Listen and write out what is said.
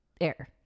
air